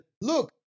Look